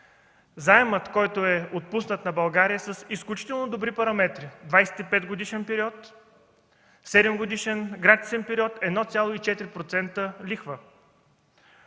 Заемът, който е отпуснат на България, е с изключително добри параметри: 25-годишен период, 7-годишен гратисен период, 1,4% лихва.